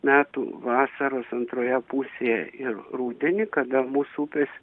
metų vasaros antroje pusėje ir rudenį kada mūsų upės